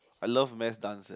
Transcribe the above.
I love mass dance eh